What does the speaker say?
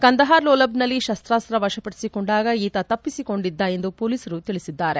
ಕಂದಹಾರ್ ಲೋಲಬ್ನಲ್ಲಿ ಶಸ್ತಾಸ್ತ ವಶಪಡಿಸಿಕೊಂಡಾಗ ಈತ ತಪ್ಪಿಸಿಕೊಂಡಿದ್ದ ಎಂದು ಪೊಲೀಸರು ತಿಳಿಸಿದ್ದಾರೆ